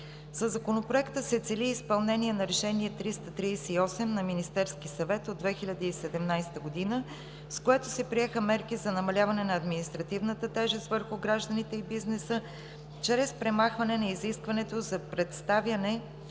Законопроекта се цели и изпълнение на Решение № 338 на Министерския съвет от 2017 г., с което се приеха мерки за намаляване на административната тежест върху гражданите и бизнеса чрез премахване на изискването за представяне